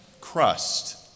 crust